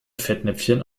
fettnäpfchen